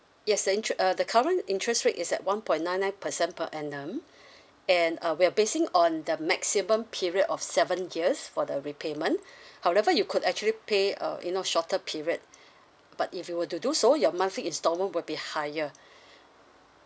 yes the interest uh the current interest rate is at one point nine nine percent per annum and uh we're basing on the maximum period of seven years for the repayment however you could actually pay uh you know shorter period but if you were to do so your monthly instalment will be higher